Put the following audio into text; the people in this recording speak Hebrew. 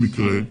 במקרה.